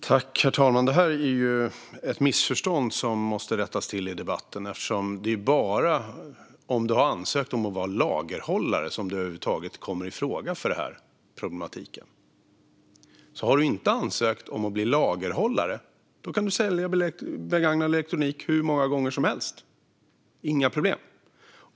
Herr talman! Det här är ett missförstånd som måste rättas till. Det är bara för den som har ansökt om att vara lagerhållare som detta över huvud taget kommer i fråga. Har man inte ansökt om att bli lagerhållare kan man utan problem sälja begagnad elektronik hur många gånger som helst.